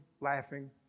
Laughing